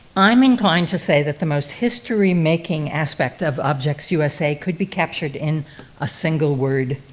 i'm inclined to say that the most history-making aspect of objects usa could be captured in a single word